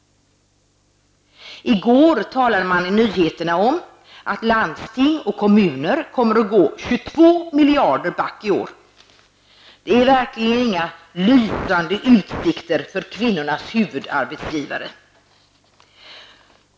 I går talade man i nyheterna om att landsting och kommuner kommer att gå 22 miljarder back i år. Det är verkligen inga lysande utsikter för kvinnornas huvudarbetsgivare.